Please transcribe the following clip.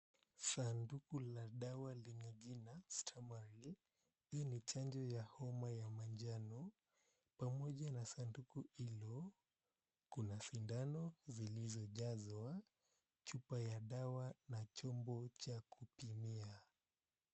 Sanduku la dawa lenye jina (cs)Stamaril(cs). Hii ni chanjo ya homa ya manjano. Pamoja na sanduku hilo, kuna sindano zilizojazwa chupa ya dawa na chombo cha kupimia.